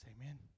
Amen